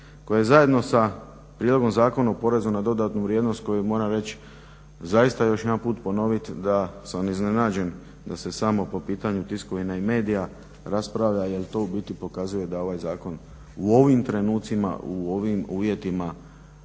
koja je zajedno sa Prijedlogom zakona o porezu na dodatnu vrijednost, koju moram reći zaista još jedanput ponoviti da sam iznenađen da se samo po pitanju tiskovina i medija raspravlja. Jer to u biti pokazuje da ovaj zakon u ovim trenucima, u ovim uvjetima